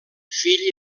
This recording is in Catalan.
fill